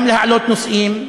גם להעלות נושאים,